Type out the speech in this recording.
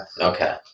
Okay